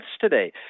today